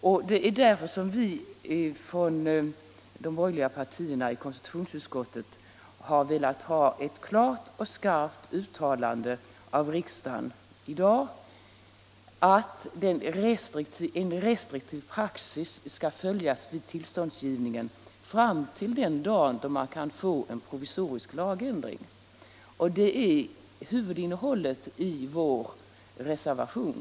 Och det är därför som vi från de borgerliga partierna i konstitutionsutskottet har velat ha ett klart och skarpt uttalande av riksdagen i dag, att en restriktiv praxis skall följas vid tillståndsgivningen fram till den dag då man kan få en provisorisk lagändring. Det är huvudinnehållet i vår reservation.